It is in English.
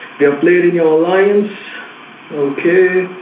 they are played in your alliance okay